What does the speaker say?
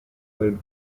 lived